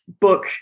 book